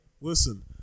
Listen